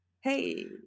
Hey